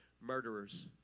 murderers